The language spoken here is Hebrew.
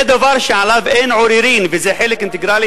זה דבר שעליו אין עוררין וזה חלק אינטגרלי